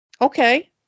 okay